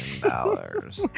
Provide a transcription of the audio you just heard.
dollars